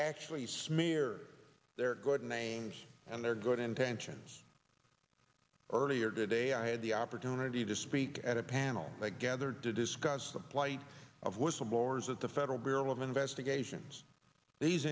actually smear their good names and their good intentions earlier today i had the opportunity to speak at a panel that gathered to discuss the plight of whistleblowers at the federal bureau of investigations these